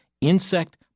insect